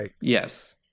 Yes